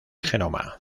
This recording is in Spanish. genoma